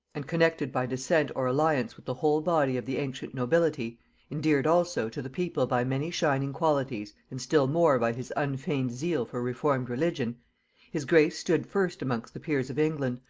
and connected by descent or alliance with the whole body of the ancient nobility endeared also to the people by many shining qualities, and still more by his unfeigned zeal for reformed religion his grace stood first amongst the peers of england,